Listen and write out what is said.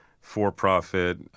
for-profit